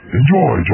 enjoy